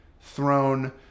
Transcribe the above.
throne